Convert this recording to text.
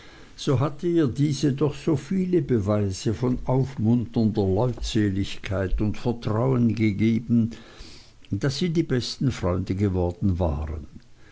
so hatte ihr diese doch so viele beweise von aufmunternder leutseligkeit und vertrauen gegeben daß sie die besten freunde geworden waren